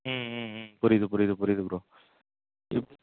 ம் ம் ம் புரியுது புரியுது புரியுது ப்ரோ இப்